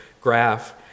graph